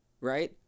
right